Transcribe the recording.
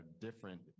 different